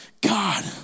God